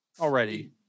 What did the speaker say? already